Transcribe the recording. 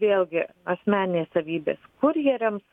vėlgi asmenės savybės kurjeriams